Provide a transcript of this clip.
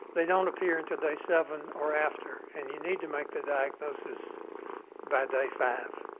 they don't appear until day seven or after and you need to make the diagnosis by day five.